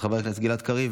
חבר הכנסת גלעד קריב,